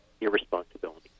irresponsibility